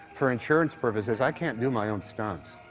for insurance purposes, i can't do my own stunts.